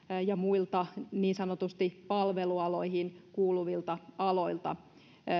ja muista niin sanotusti palvelualoihin kuuluvista aloista